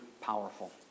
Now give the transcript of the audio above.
powerful